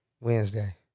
Wednesday